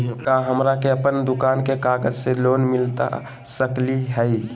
का हमरा के अपन दुकान के कागज से लोन मिलता सकली हई?